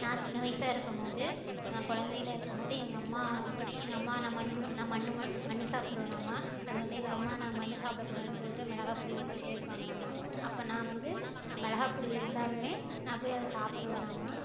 நான் சின்ன வயசா இருக்கும்போது நான் குழந்தைல இருக்கும்போது எங்கம்மா எங்கம்மா நான் மண் ம நான் மண் ம மண் சாப்பிட்ருவனாம் அது வந்து எங்கம்மா நான் மண் சாப்பிட கூடாதுன்னு சொல்லிட்டு மிளகாப்பொடி வச்சிட்டே இருப்பாங்களாம் அப்போ நான் வந்து மிளகாப்பொடி இருந்தாலுமே நான் போய் அதை சாப்பிட்டுருவனாம்